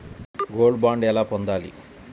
Gold bond ఎలా పొందాలి?